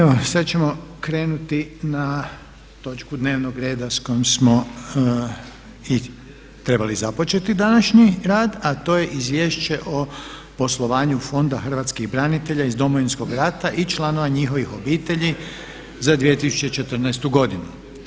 Evo sad ćemo krenuti na točku dnevnog reda s kojom smo i trebali započeti današnji rad a to je - Izvješće o poslovanju Fonda hrvatskih branitelja iz Domovinskog rata i članova njihovih obitelji za 2014.godinu.